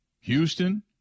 Houston